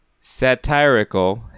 Satirical